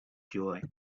joy